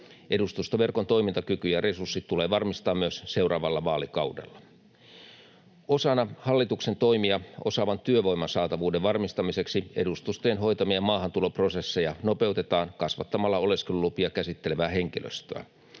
Edustustoverkon toimintakyky ja resurssit tulee varmistaa myös seuraavalla vaalikaudella. Osana hallituksen toimia osaavan työvoiman saatavuuden varmistamiseksi edustustojen hoitamia maahantuloprosesseja nopeutetaan kasvattamalla oleskelulupia käsittelevää henkilöstöä.